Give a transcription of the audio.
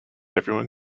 everyone